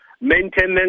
maintenance